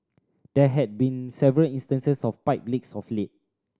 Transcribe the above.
there have been several instances of pipe leaks of late